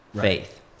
faith